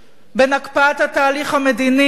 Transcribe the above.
בין הקפאת התהליך המדיני,